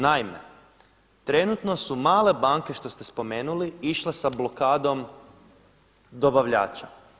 Naime, trenutno su male banke, što ste spomenuli išle sa blokadom dobavljača.